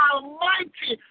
Almighty